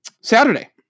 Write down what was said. Saturday